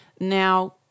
Now